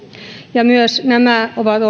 ja myös nämä ovat